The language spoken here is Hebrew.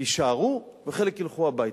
יישארו וחלק ילכו הביתה.